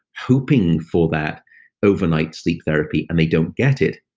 hoping for that overnight sleep therapy, and they don't get it.